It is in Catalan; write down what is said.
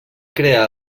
crear